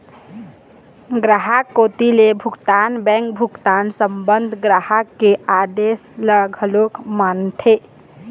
गराहक कोती ले भुगतान बेंक भुगतान संबंध ग्राहक के आदेस ल घलोक मानथे